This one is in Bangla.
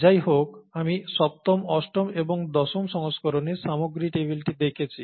যাইহোক আমি সপ্তম অষ্টম এবং দশম সংস্করণের সামগ্রী টেবিলটি দেখেছি